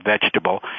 vegetable